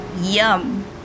Yum